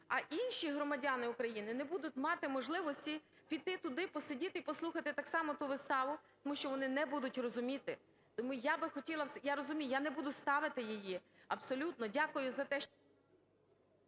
А інші громадяни України не будуть мати можливості піти туди, посидіти і послухати так само ту виставу, тому що вони не будуть розуміти. Тому я би хотіла, я розумію, я не буду ставити її абсолютною. Дякую за те, що…